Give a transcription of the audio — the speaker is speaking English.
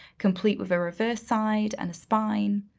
complete with a reverse side and spine.